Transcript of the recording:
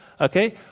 Okay